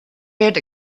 reared